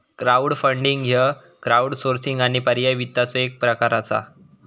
crowdfunding ह्य crowdsourcing आणि पर्यायी वित्ताचो एक प्रकार असा